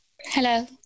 Hello